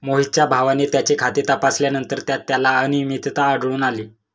मोहितच्या भावाने त्याचे खाते तपासल्यानंतर त्यात त्याला अनियमितता आढळून आली